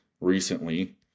recently